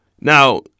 Now